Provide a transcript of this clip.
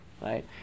right